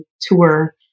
tour